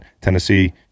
Tennessee